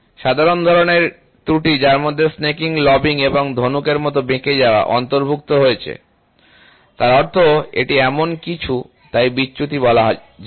সাধারণ ধরণের ত্রুটি যার মধ্যে স্নেকিং লবিং এবং ধনুক এর মত বেঁকে যাওয়া অন্তর্ভুক্ত রয়েছে তার অর্থ এটি এমন কিছু তাই বিচ্যুতি বলা যায়